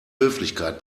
höflichkeit